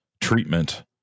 treatment